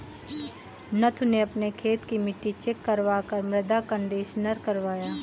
नथु ने अपने खेत की मिट्टी चेक करवा कर मृदा कंडीशनर करवाया